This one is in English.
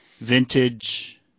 vintage